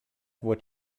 what